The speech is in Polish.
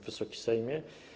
Wysoki Sejmie!